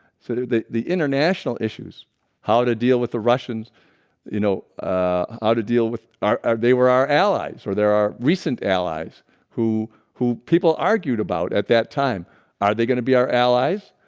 sort of the the international issues how to deal with the russians you know ah how to deal with are they were our allies or there are recent allies who who people argued about at that time are they going to be our allies?